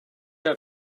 out